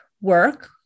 work